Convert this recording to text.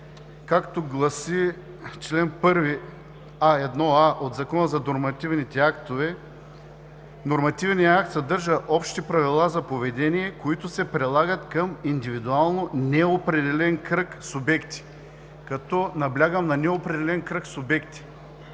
както гласи чл. 1а от Закона за нормативните актове, нормативният акт съдържа общи правила за поведение, които се прилагат към индивидуално неопределен кръг субекти. Наблягам на „неопределен кръг субекти“.